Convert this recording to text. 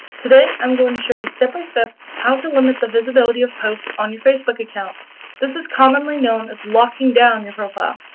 today i'm going to show you step by step how to limit the visibility of posts on your facebook account this is commonly known as locking down your profile.